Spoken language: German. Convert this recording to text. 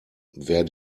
wer